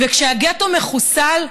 וכשהגטו מחוסל,